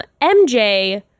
MJ